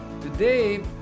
today